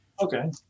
Okay